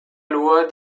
loi